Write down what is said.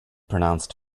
pronounced